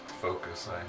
focus